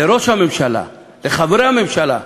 לראש הממשלה, לחברי הממשלה: